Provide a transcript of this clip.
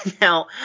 Now